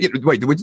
Wait